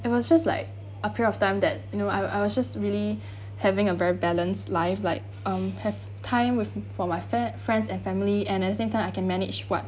it was just like a period of time that you know I I was just really having a very balanced life like um have time with for my fa~ friends and family and at the same time I can manage what